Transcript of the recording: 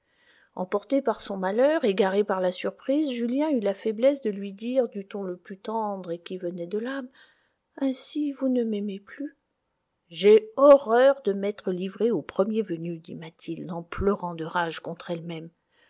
emporté par son malheur égaré par la surprise julien eut la faiblesse de lui dire du ton le plus tendre et qui venait de l'âme ainsi vous ne m'aimez plus j'ai horreur de m'être livrée au premier venu dit mathilde en pleurant de rage contre elle-même